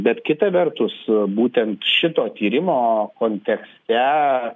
bet kita vertus būtent šito tyrimo kontekste